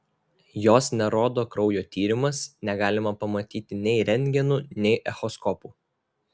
jos nerodo kraujo tyrimas negalima pamatyti nei rentgenu nei echoskopu